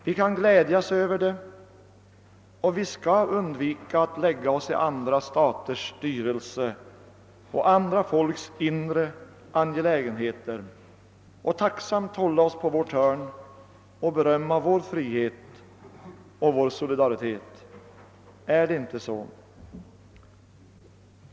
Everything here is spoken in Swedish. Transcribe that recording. Vi kan glädjas över det — och vi skall undvika att lägga oss i andra staters styrelse och andra folks inre angelägenheter och tacksamt hålla oss på vårt hörn och berömma vår frihet och vår solidaritet. är det inte så?